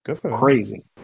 crazy